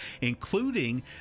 including